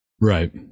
right